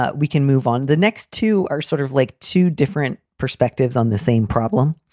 ah we can move on. the next two are sort of like two different perspectives on the same problem,